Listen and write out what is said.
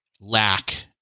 lack